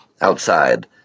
outside